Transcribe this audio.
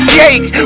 cake